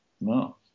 no